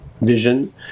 vision